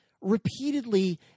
repeatedly